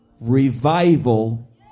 Revival